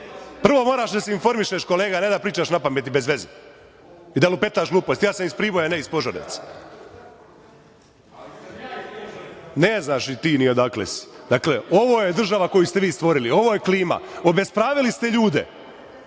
Prvo moraš da se informišeš kolega, a ne da pričaš napamet i bezveze i da lupetaš gluposti. Ja sam iz Priboja, a ne iz Požarevca. Ne znaš ti ni odakle si.38/3 AL/LŽDakle, ovo je država koju ste vi stvorili, ovo je klima. Obespravili ste ljude,